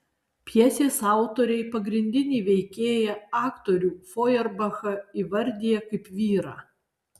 pjesės autoriai pagrindinį veikėją aktorių fojerbachą įvardija kaip vyrą